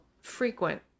frequent